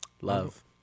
love